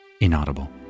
inaudible